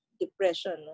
depression